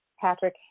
Patrick